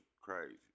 crazy